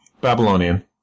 Babylonian